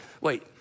wait